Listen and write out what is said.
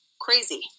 Crazy